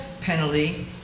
penalty